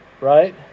right